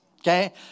Okay